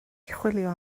chwilio